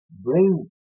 bring